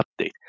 update